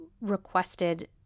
requested